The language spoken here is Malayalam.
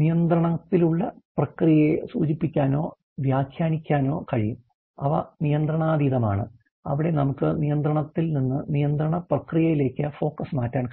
നിയന്ത്രണത്തിലുള്ള പ്രക്രിയയെ സൂചിപ്പിക്കാനോ വ്യാഖ്യാനിക്കാനോ കഴിയും അവ നിയന്ത്രണാതീതമാണ് അവിടെ നമുക്ക് നിയന്ത്രണത്തിൽ നിന്ന് നിയന്ത്രണ പ്രക്രിയയിലേക്ക് ഫോക്കസ് മാറ്റാൻ കഴിയും